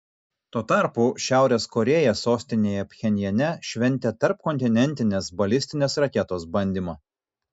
tuo tarpu šiaurės korėja sostinėje pchenjane šventė tarpkontinentinės balistinės raketos bandymą